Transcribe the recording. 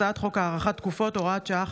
הצעת חוק הארכת תקופות (הוראת שעה,